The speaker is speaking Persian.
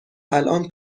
الان